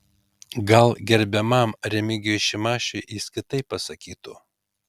gal gerbiamam remigijui šimašiui jis kitaip pasakytų